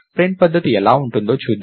print పద్ధతి ఎలా ఉంటుందో చూద్దాం